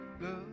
love